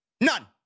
None